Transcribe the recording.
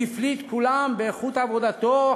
והוא הפליא את כולם באיכות עבודתו,